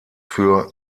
für